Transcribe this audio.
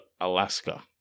Alaska